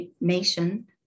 nation